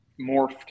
morphed